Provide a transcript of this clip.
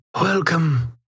Welcome